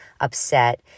upset